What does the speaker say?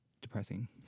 depressing